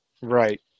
Right